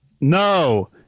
No